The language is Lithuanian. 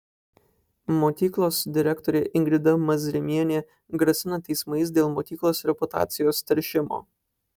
mokyklos direktorė ingrida mazrimienė grasina teismais dėl mokyklos reputacijos teršimo